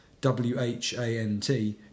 W-H-A-N-T